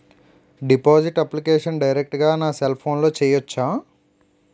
Deposit application direct గా నా cell ఫోన్లో చెయ్యచా?